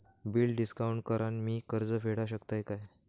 Bill discount करान मी कर्ज फेडा शकताय काय?